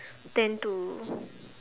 tend to